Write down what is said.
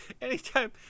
Anytime